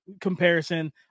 comparison